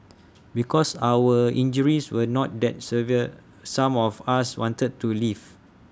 because our injuries were not that severe some of us wanted to leave